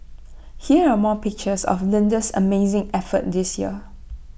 here are more pictures of Linda's amazing effort this year